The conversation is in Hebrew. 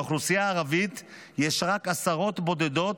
באוכלוסייה הערבית יש רק עשרות בודדות